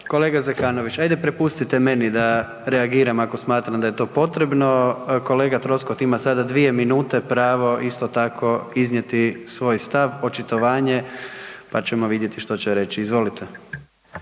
Kolega Zekanović ajde prepustite meni da reagiram ako smatram da je to potrebno. Kolega Troskot ima sada dvije minute pravo isto tako iznijeti svoj stav, očitovanje pa ćemo vidjeti što će reći. Izvolite.